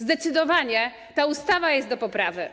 Zdecydowanie ta ustawa jest do poprawy.